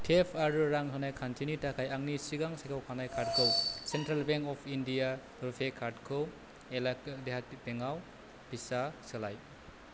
tape आरो रां होनाय खान्थिनि थाखाय आंनि सिगां सायख'खानाय कार्डखौ central bank of India RuPay कार्डखौ इल्लाक्व देहाटि बेंकआव भिसा सोलाय